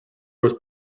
was